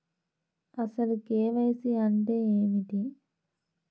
అసలు కే.వై.సి అంటే ఏమిటి?